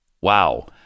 Wow